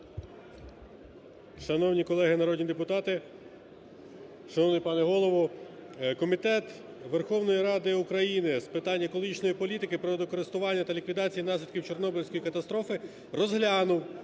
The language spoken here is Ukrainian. Шановні колеги народні депутати! Шановний пане Голово! Комітет Верховної Ради з питань екологічної політики, природокористування та ліквідації наслідків Чорнобильської катастрофи розглянув